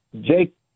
Jake